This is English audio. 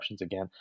again